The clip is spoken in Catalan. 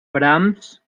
brams